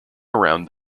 around